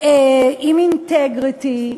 עם אינטגריטי,